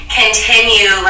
continue